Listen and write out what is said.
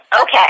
Okay